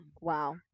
wow